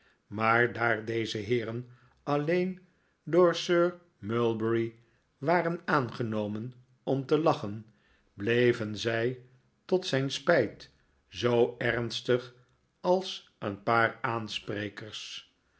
maar daar deze heeren alleen door sir mulberry waren aangenomen om te lachen bleven zij tot zijn spijt zoo ernstig als een paar aansprekers